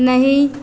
नहीं